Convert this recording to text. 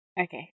Okay